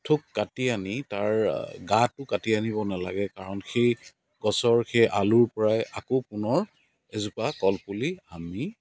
থোক কাটি আনি তাৰ গাটো কাটি আনিব নেলাগে কাৰণ সেই গছৰ সেই আলুৰ পৰাই আকৌ পুনৰ এজোপা কলপুলি আমি